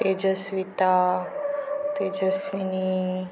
Tejaswita Tejaswini